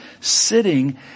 sitting